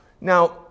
Now